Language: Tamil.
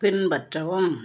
பின்பற்றவும்